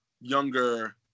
Younger